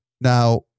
Now